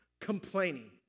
complaining